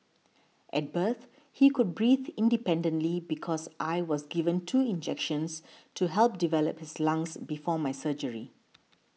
at birth he could breathe independently because I was given two injections to help develop his lungs before my surgery